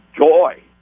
joy